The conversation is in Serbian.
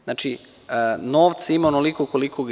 Znači, novca ima onoliko koliko ima.